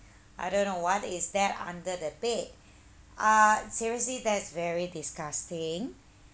I don't know what is that under the bed uh seriously that's very disgusting